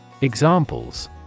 Examples